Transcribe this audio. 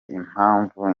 impamvu